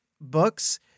books